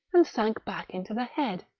and sank back into the head.